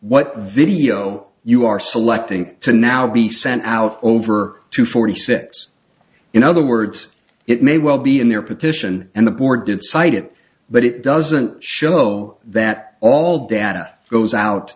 what video you are selecting to now be sent out over to forty six in other words it may well be in their petition and the board did cite it but it doesn't show that all data goes out